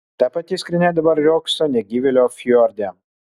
ta pati skrynia dabar riogso negyvėlio fjorde